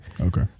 Okay